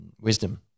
wisdom